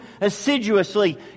assiduously